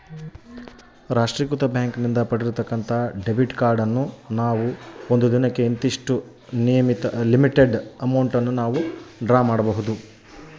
Debit card ಹೇಗೆ ಕಾರ್ಯನಿರ್ವಹಿಸುತ್ತದೆ?